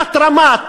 תת-רמה,